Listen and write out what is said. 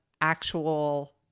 actual